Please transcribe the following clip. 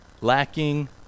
lacking